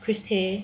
chris tay